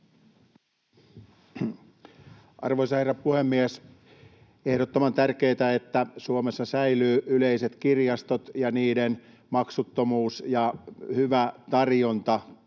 Arvoisa herra puhemies! On ehdottoman tärkeää, että Suomessa säilyvät yleiset kirjastot ja niiden maksuttomuus ja hyvä tarjonta